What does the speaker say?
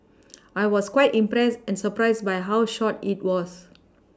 I was quite impressed and surprised by how short it was